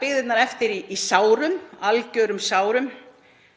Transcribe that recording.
byggðirnar eftir í sárum, algjörum sárum,